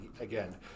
again